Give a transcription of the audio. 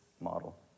model